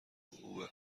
خوبه